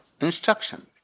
instruction